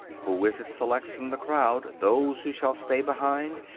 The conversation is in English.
who is it selects from the crowd those who shall stay behind,